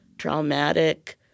traumatic